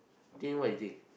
then what is it